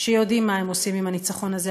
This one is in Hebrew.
שיודעים מה הם עושים עם הניצחון הזה,